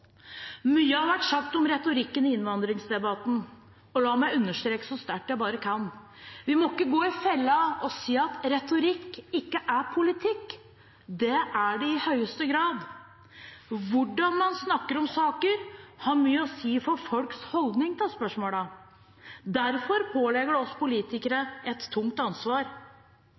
Mye har vært sagt om retorikken i innvandringsdebatten. Og la meg understreke så sterkt jeg bare kan: Vi må ikke gå i fella og si at retorikk ikke er politikk. Det er det i høyeste grad. Hvordan man snakker om saker, har mye å si for folks holdning til spørsmålene. Derfor påligger det oss politikere et tungt ansvar.